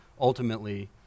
ultimately